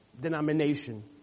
denomination